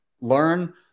learn